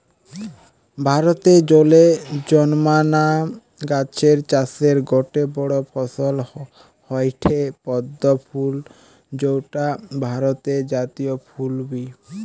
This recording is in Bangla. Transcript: ভারতে জলে জন্মানা গাছের চাষের গটে বড় ফসল হয়ঠে পদ্ম ফুল যৌটা ভারতের জাতীয় ফুল বি